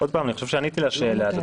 עוד פעם, אני חושב שעניתי לשאלה הזאת.